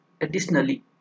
Additionally